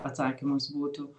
atsakymas būtų